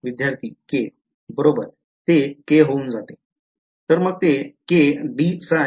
विध्यार्थी k बरोबर ते k होऊन जाते